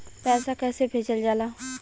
पैसा कैसे भेजल जाला?